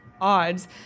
odds